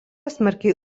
smarkiai